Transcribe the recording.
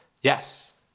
Yes